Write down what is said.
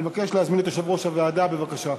אני מבקש להזמין את יושב-ראש הוועדה, בבקשה.